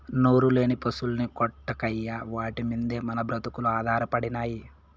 నోరులేని పశుల్ని కొట్టకయ్యా వాటి మిందే మన బ్రతుకులు ఆధారపడినై